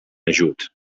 ajut